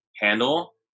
handle